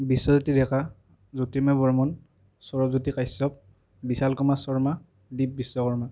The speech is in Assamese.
বিশ্বজ্যোতি ডেকা জ্যোতিৰ্ময় বৰ্মন সৌৰভজ্যোতি কাশ্যপ বিশাল কুমাৰ শৰ্মা দ্বিপ বিশ্বকৰ্মা